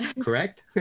correct